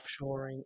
offshoring